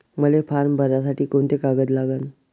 मले फारम भरासाठी कोंते कागद लागन?